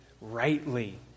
rightly